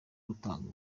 gutanga